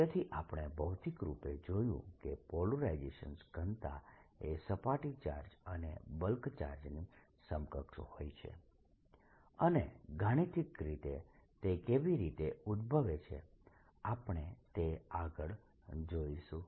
તેથી આપણે ભૌતિક રૂપે જોયું કે પોલરાઇઝેશન ઘનતા એ સપાટી ચાર્જ અને બલ્ક ચાર્જની સમકક્ષ હોય છે અને ગાણિતિક રીતે તે કેવી રીતે ઉદભવે છે આપણે તે આગળ જોઈશું